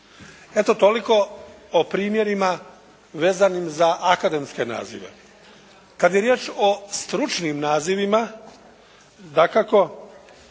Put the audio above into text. Eto toliko o primjerima vezanim za akademske nazive. Kad je riječ o stručnim nazivima dakako